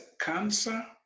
cancer